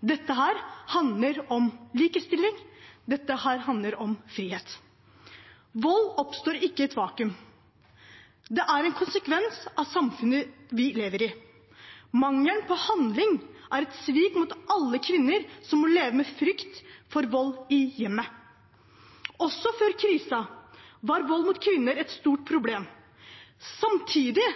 Dette handler om likestilling. Det handler om frihet. Vold oppstår ikke i et vakuum. Det er en konsekvens av samfunnet vi lever i. Mangelen på handling er et svik mot alle kvinner som må leve med frykt for vold i hjemmet. Også før krisen var vold mot kvinner et stort problem. Samtidig